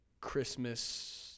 Christmas